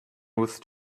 with